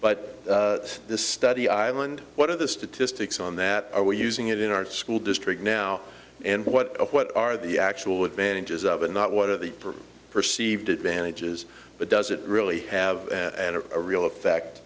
but this study island what are the statistics on that we're using it in our school district now and what what are the actual advantages of it not what are the perceived advantages but does it really have an real effect